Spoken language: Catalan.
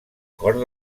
cort